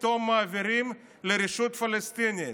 פתאום מעבירים לרשות הפלסטינית?